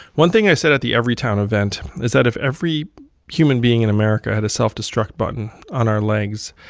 one thing i said at the everytown event is that if every human being in america had a self-destruct button on our legs,